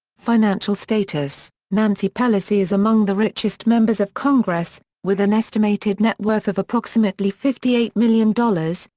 financial status nancy pelosi is among the richest members of congress, with an estimated net worth of approximately fifty eight million dollars,